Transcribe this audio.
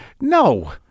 No